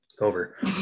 over